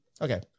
Okay